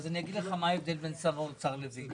אז אגיד לך מה ההבדל בין שר האוצר לביני,